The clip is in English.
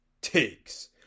Takes